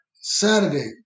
Saturday